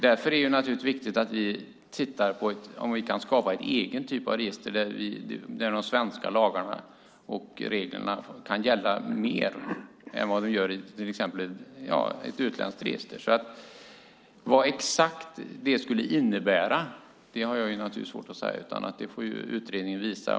Därför är det viktigt att vi tittar på om vi kan skapa en egen typ av register där de svenska lagarna och reglerna kan väga tyngre än reglerna i ett utländskt register. Vad exakt det skulle innebära har jag naturligtvis svårt att säga, utan det får utredningen visa.